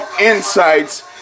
insights